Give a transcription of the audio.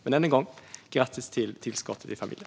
Men än en gång: Grattis till tillskottet i familjen!